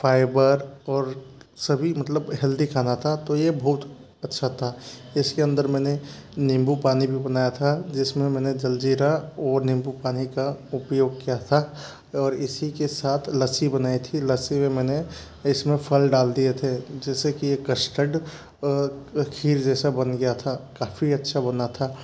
fibre और सभी मतलब हेल्दी खाना था तो यह बहुत अच्छा था इसके अन्दर मैंने नीम्बू पानी भी बनाया था जिसमे मैंने जलजीरा और नीम्बू पानी का उपयोग किया था और इसी के साथ लस्सी बनाई थी लस्सी में मैंने इसमें फल डाल दिए थे जैसे कि कस्टड खीर जैसा बन गया था काफ़ी अच्छा बना था